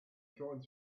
trying